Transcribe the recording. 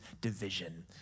division